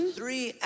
three